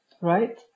right